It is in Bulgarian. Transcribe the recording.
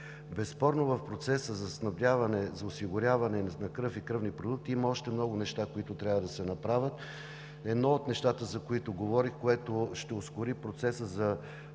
Безспорно в процеса на снабдяване за осигуряване на кръв и кръвни продукти има още много неща, които трябва да се направят. Едно от нещата, за които говорих, което ще ускори процеса за